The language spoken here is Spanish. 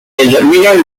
determinan